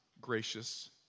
gracious